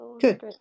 good